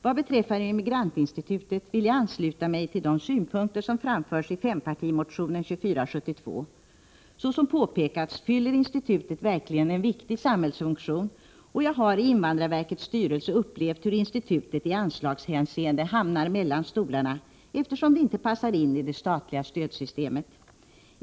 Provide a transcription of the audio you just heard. Vad beträffar Immigrantinstitutet vill jag ansluta mig till de synpunkter som framförs i fyrpartimotionen 2472. Såsom påpekats har institutet verkligen en viktig samhällsfunktion, och jag har i invandrarverkets styrelse upplevt hur institutet i anslagshänseende hamnar mellan stolarna, eftersom det inte passar in i det statliga stödsystemet.